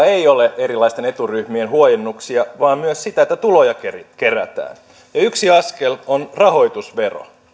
ei ole erilaisten eturyhmien huojennuksia vaan myös sitä että tuloja kerätään yksi askel on rahoitusvero